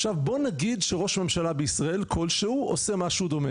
עכשיו בוא נגיד שראש ממשלה בישראל כלשהו עושה משהו דומה,